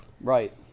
Right